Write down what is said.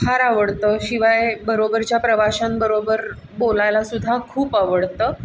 फार आवडतं शिवाय बरोबरच्या प्रवाशांबरोबर बोलायला सुद्धा खूप आवडतं